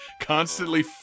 constantly